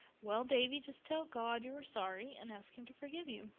well, davy, just tell god you are sorry and ask him to forgive you.